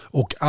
och